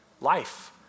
life